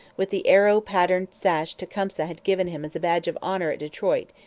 with the arrow-patterned sash tecumseh had given him as a badge of honour at detroit,